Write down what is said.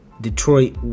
Detroit